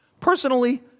Personally